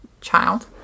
child